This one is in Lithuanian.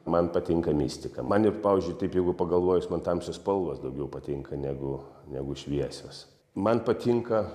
man patinka mistika man ir pavyzdžiui taip jeigu pagalvojus man tamsios spalvos daugiau patinka negu negu šviesios man patinka